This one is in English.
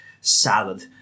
salad